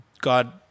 god